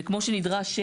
וכמו שנדרש,